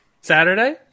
Saturday